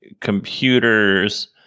computers